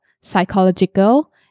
psychological